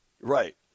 Right